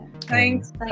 Thanks